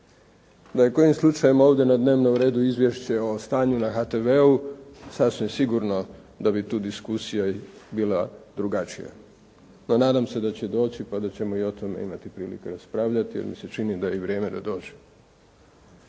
Da je kojim slučajem ovdje na dnevnom redu izvješće o stanju na HTV-u sasvim sigurno da bi tu diskusija bila drugačija, no nadam se da će doći pa da ćemo i o tome imati prilike raspravljati, jer mi se čini da je i vrijeme da dođe.